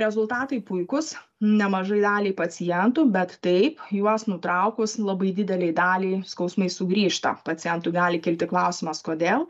rezultatai puikūs nemažai daliai pacientų bet taip juos nutraukus labai didelei daliai skausmai sugrįžta pacientui gali kilti klausimas kodėl